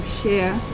share